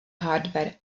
hardware